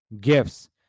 gifts